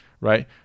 right